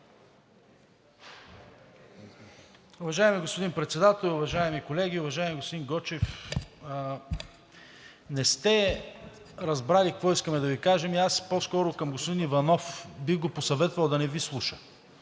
Уважаеми господин Председател, уважаеми колеги! Уважаеми господин Гочев, не сте разбрали какво искаме да Ви кажем. Аз по-скоро към господин Иванов. Бих го посъветвал да не Ви слуша